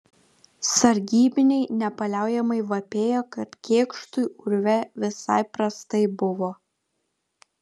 sargybiniai nepaliaujamai vapėjo kad kėkštui urve visai prastai buvo